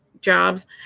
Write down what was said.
jobs